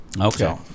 Okay